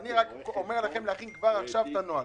אני אומר לכם להכין כבר עכשיו את הנוהל.